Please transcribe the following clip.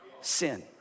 sin